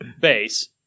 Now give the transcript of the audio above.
base